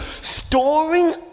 storing